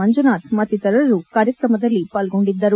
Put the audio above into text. ಮಂಜುನಾಥ್ ಮತ್ತಿತತರರು ಕಾರ್ಯಕ್ರಮದಲ್ಲಿ ಪಾಲ್ಗೊಂಡಿದ್ದರು